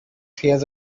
hears